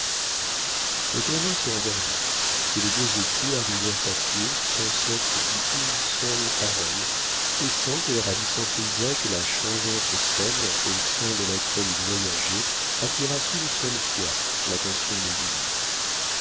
le colonel se rendormit et les deux époux arrivèrent à tours sans s'être dit une seule parole et sans que les ravissants paysages de la changeante scène au sein de laquelle ils voyageaient attirassent une seule fois l'attention de julie